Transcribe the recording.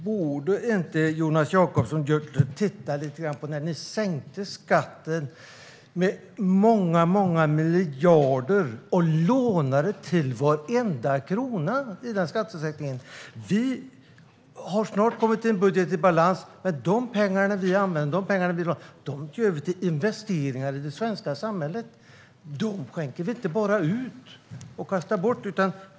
Borde inte Jonas Jacobsson Gjörtler titta på när ni sänkte skatten med många miljarder och lånade till varenda krona i den skattesänkningen? Vi har snart en budget i balans. De pengar vi använder och lånar är till för investeringar i det svenska samhället. De skänker vi inte bara ut och kastar bort.